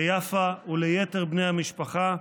ליפה וליתר בני המשפחה,